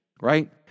right